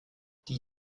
die